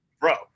bro